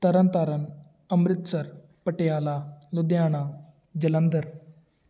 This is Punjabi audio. ਤਰਨ ਤਾਰਨ ਅੰਮ੍ਰਿਤਸਰ ਪਟਿਆਲਾ ਲੁਧਿਆਣਾ ਜਲੰਧਰ